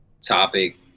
topic